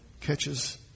Catches